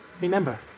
Remember